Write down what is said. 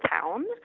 town